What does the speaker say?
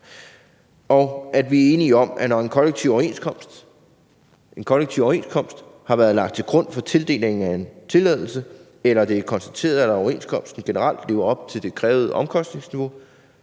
og at vi er enige om, at når en kollektiv overenskomst har været lagt til grund for tildelingen af en tilladelse, eller at det er konstateret, at overenskomsten generelt lever op til det krævede omkostningsniveau,